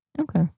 Okay